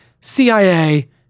CIA